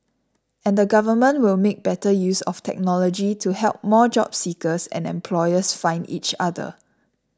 and the government will make better use of technology to help more job seekers and employers find each other